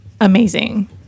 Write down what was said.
amazing